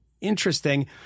interesting